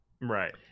Right